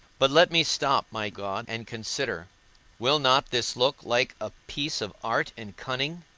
but let me stop, my god, and consider will not this look like a piece of art and cunning,